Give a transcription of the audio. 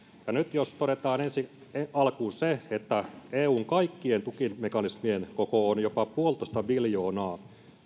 nyt jos todetaan ensi alkuun se että eun kaikkien tukimekanismien koko on jopa puolitoista biljoonaa